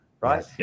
right